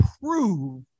prove